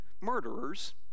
murderers